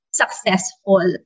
successful